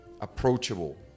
approachable